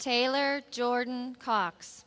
taylor jordan cox